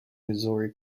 missouri